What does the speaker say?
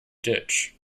ditch